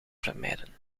vermijden